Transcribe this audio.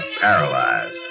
paralyzed